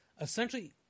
essentially